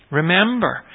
Remember